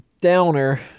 downer